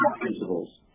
principles